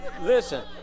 Listen